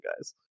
guys